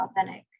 authentic